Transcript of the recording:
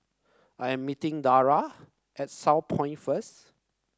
I am meeting Darell at Southpoint first